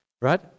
right